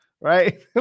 right